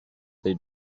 their